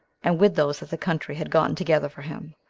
and with those that the country had gotten together for him.